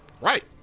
right